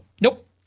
Nope